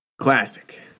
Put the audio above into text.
Classic